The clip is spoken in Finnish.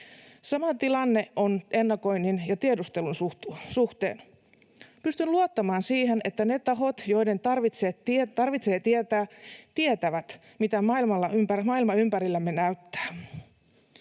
Sama tilanne on ennakoinnin ja tiedustelun suhteen. Pystyn luottamaan siihen, että ne tahot, joiden tarvitsee tietää, tietävät, miltä maailma ympärillämme näyttää.